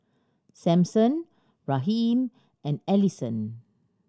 Sampson Raheem and Alisson